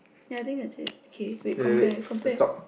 ya I think that's it okay wait compare compare